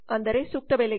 ಅಂದರೆ ಸೂಕ್ತ ಬೆಲೆಗೆ